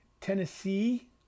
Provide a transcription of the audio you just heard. Tennessee